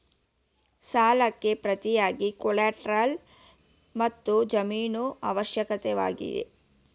ಸಾಲಕ್ಕೆ ಪ್ರತಿಯಾಗಿ ಕೊಲ್ಯಾಟರಲ್ ಮತ್ತು ಜಾಮೀನು ಅತ್ಯವಶ್ಯಕವೇ?